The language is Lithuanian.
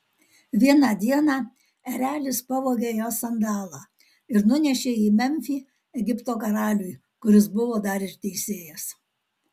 vieną dieną erelis pavogė jos sandalą ir nunešė į memfį egipto karaliui kuris buvo dar ir teisėjas